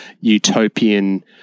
utopian